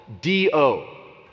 D-O